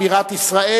בירת ישראל,